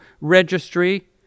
registry